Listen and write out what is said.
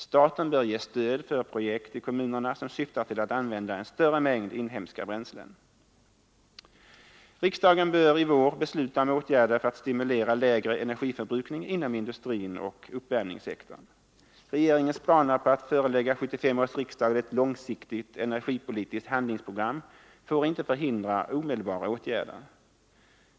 Staten bör ge stöd för projekt i kommunerna som syftar till att använda en större mängd inhemska bränslen. Riksdagen bör redan i vår besluta om åtgärder för att stimulera lägre energiförbrukning inom industrin och uppvärmningssektorn. Regeringens planer på att förelägga 1975 års riksdag ett långsiktigt energipolitiskt handlingsprogram får inte förhindra omedelbara åtgärder.